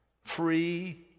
free